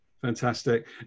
Fantastic